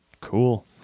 Cool